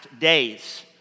days